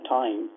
time